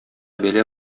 бәла